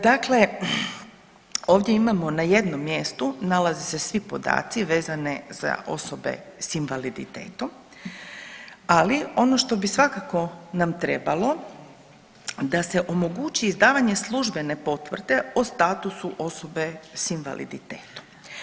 Dakle, ovdje imamo na jednom mjestu nalaze se svi podaci vezani za osobe sa invaliditetom, ali ono što bi svakako nam trebalo da se omogući izdavanje službene potvrde o statusu osobe sa invaliditetom.